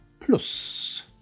plus